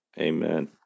Amen